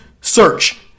Search